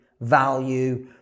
value